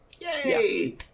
Yay